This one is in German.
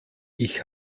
ich